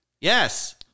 Yes